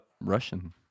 Russian